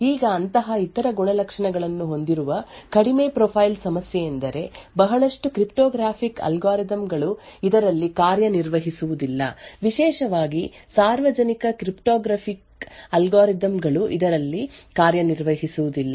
ಈಗ ಅಂತಹ ಇತರ ಗುಣಲಕ್ಷಣಗಳನ್ನು ಹೊಂದಿರುವ ಕಡಿಮೆ ಪ್ರೊಫೈಲ್ ಸಮಸ್ಯೆಯೆಂದರೆ ಬಹಳಷ್ಟು ಕ್ರಿಪ್ಟೋಗ್ರಾಫಿಕ್ ಅಲ್ಗಾರಿದಮ್ ಗಳು ಇದರಲ್ಲಿ ಕಾರ್ಯನಿರ್ವಹಿಸುವುದಿಲ್ಲ ವಿಶೇಷವಾಗಿ ಸಾರ್ವಜನಿಕ ಕ್ರಿಪ್ಟೋಗ್ರಫಿ ಅಲ್ಗಾರಿದಮ್ ಗಳು ಇದರಲ್ಲಿ ಕಾರ್ಯನಿರ್ವಹಿಸುವುದಿಲ್ಲ